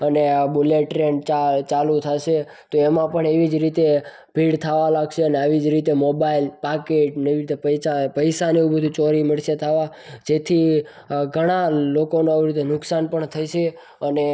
અને આ bullet train ચાલું થશે તો એમાં પણ એવી જ રીતે ભીડ થવા લાગશે અને આવી જ રીતે મોબાઈલ પાકીટ ને એવી રીતે પૈસા પૈસાને એવું બધુ ચોરી માંડશે થવા જેથી ઘણા લોકોને આવી રીતે નુકસાન પણ થશે અને